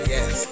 Yes